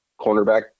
cornerback